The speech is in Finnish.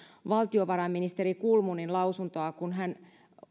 valtiovarainministerin kulmunin lausuntoa kun hän